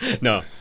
No